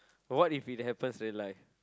what if it happens real life